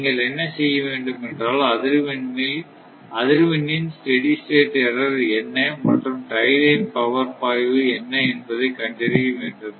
நீங்கள் என்ன செய்ய வேண்டும் என்றால் அதிர்வெண்னின் ஸ்டெடி ஸ்டேட் எர்ரர் என்ன மற்றும் டை லைன் பவர் பாய்வு என்ன என்பதை கண்டறிய வேண்டும்